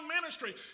ministry